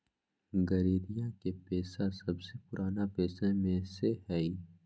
गरेड़िया के पेशा सबसे पुरान पेशा में से हई